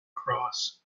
cross